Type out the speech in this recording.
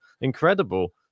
incredible